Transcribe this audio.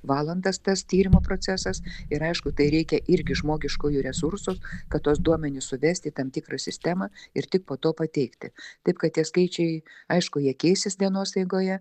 valandas tas tyrimo procesas ir aišku tai reikia irgi žmogiškųjų resursų kad tuos duomenis suvesti į tam tikrą sistemą ir tik po to pateikti taip kad tie skaičiai aišku jie keisis dienos eigoje